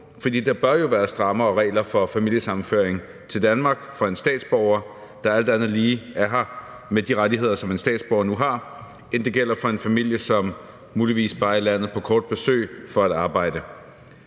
der bør være strammere regler for familiesammenføring til Danmark for en statsborger, der alt andet lige er her med de rettigheder, som en statsborger nu har, end der er for en familie, som muligvis bare er i landet på kort besøg for at arbejde.